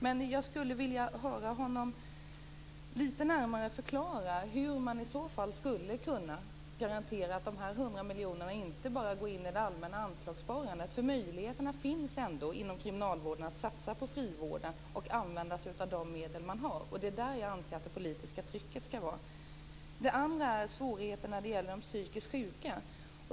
Men jag skulle vilja höra honom förklara litet närmare hur man i så fall skulle kunna garantera att de här 100 miljonerna inte bara går in i det allmänna anslagssparandet. Möjligheterna finns ändå inom kriminalvården att satsa på frivården och använda sig av de medel man har. Det är där jag anser att det politiska trycket skall vara. Min andra fråga rör svårigheterna när det gäller de psykiskt sjuka.